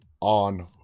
on